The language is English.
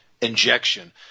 injection